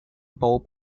bulb